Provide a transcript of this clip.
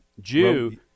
Jew